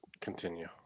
continue